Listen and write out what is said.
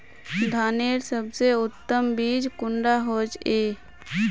धानेर सबसे उत्तम बीज कुंडा होचए?